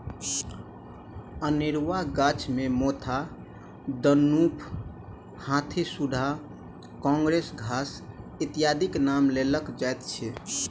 अनेरूआ गाछ मे मोथा, दनुफ, हाथीसुढ़ा, काँग्रेस घास इत्यादिक नाम लेल जाइत अछि